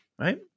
right